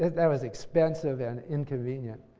that was expensive and inconvenient.